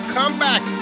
Comeback